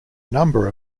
number